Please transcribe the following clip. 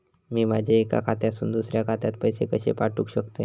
मी माझ्या एक्या खात्यासून दुसऱ्या खात्यात पैसे कशे पाठउक शकतय?